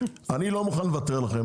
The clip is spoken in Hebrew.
אני לא מוכן לוותר לכם.